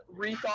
rethought